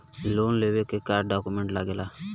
Loan लेवे के का डॉक्यूमेंट लागेला?